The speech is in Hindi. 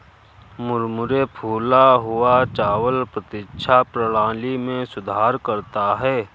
मुरमुरे फूला हुआ चावल प्रतिरक्षा प्रणाली में सुधार करता है